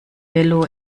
bello